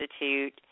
Institute